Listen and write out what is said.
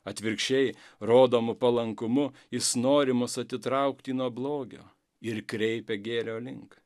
atvirkščiai rodomu palankumu jis nori mus atitraukti nuo blogio ir kreipia gėrio link